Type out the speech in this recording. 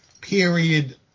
period